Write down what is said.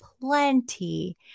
plenty